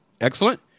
Excellent